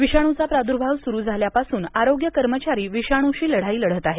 विषाणुचा प्राद्भाव सुरु झाल्यापासून आरोग्य कर्मचारी विषाणूशी लढाई लढत आहेत